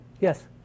Yes